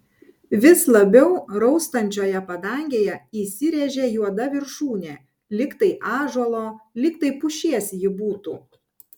vis labiau raustančioje padangėje įsirėžė juoda viršūnė lyg tai ąžuolo lyg tai pušies ji būtų